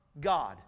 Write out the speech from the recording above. God